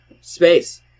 space